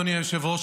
אדוני היושב-ראש,